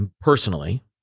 personally